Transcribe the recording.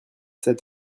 sept